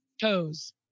Toes